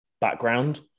background